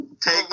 Take